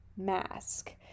mask